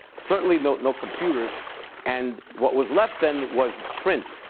certainly, no no computers and what was left then was print.